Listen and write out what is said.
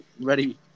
ready